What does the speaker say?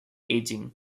aging